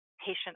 patient